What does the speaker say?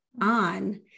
on